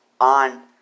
on